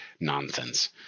nonsense